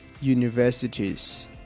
universities